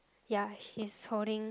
ya he is holding